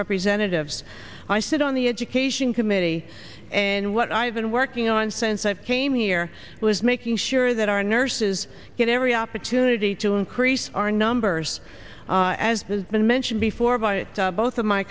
representatives i sit on the education committee and what i've been working on since i came here was making sure that our nurses get every opportunity to increase our numbers as has been mentioned before by both of my